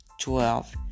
twelve